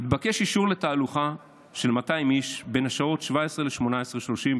התבקש אישור לתהלוכה של 200 איש בין השעות 17:00 ל-18:30,